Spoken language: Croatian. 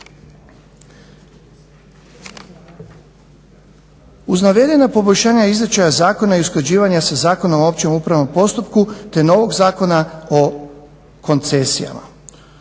Uz navedena poboljšanja izričaja zakona i usklađivanja sa Zakonom o općem upravnom postupku, te novog zakona o koncesijama.